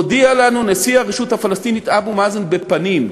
הודיע לנו נשיא הרשות הפלסטינית אבו מאזן בפנים,